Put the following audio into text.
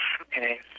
okay